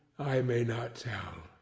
i may not tell.